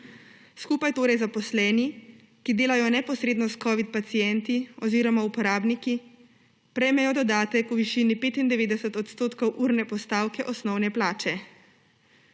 Skupaj torej zaposleni, ki delajo neposredno s covid pacienti oziroma uporabniki, prejmejo dodatek v višini 95 % urne postavke osnovne plače.